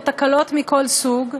או תקלות מכל סוג,